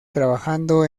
trabajando